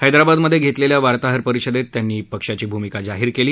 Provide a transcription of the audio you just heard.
हैदराबाद मध्ये घेतलेल्या वार्ताहर परिषदेत त्यांनी पक्षाची भूमिका जाहीर केली